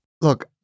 Look